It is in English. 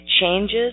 changes